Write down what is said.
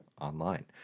online